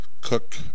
cook